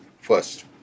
first